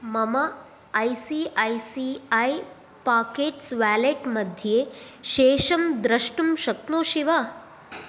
मम I C I C I pockets wallet मध्ये शेषं द्रष्टुं शक्नोषि वा